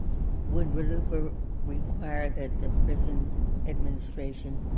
would rluipa require that the prison administration